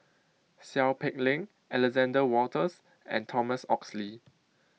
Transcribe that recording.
Seow Peck Leng Alexander Wolters and Thomas Oxley